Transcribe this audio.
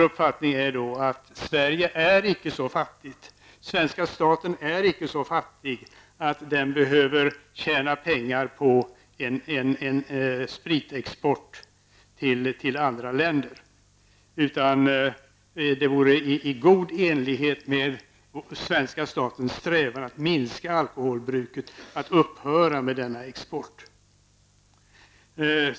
Det är vår uppfattning att svenska staten icke är så fattig att den behöver tjäna pengar på spritexport utan att vi i god enlighet med svenska statens strävan att minska alkoholbruket borde upphöra med den exporten.